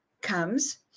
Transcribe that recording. comes